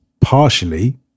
partially